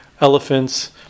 elephants